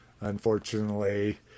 unfortunately